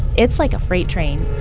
it's like a freight train